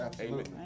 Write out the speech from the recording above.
amen